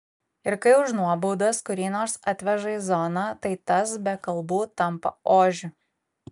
ir kai už nuobaudas kurį nors atveža į zoną tai tas be kalbų tampa ožiu